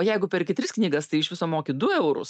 o jeigu perki tris knygas tai iš viso moki du eurus